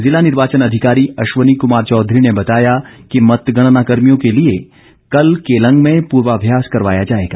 जिला निर्वाचन अधिकारी अश्वनी कुमार चौधरी ने बताया कि मतगणनाकर्मियों के लिए कल केलंग में पूर्वाभ्यास करवाया जाएगा